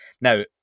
Now